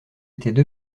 étaient